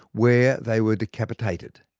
where they were decapitated.